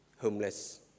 homeless